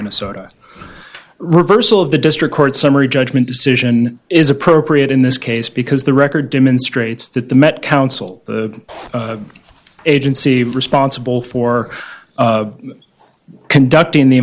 minnesota reversal of the district court summary judgment decision is appropriate in this case because the record demonstrates that the met council the agency responsible for conducting the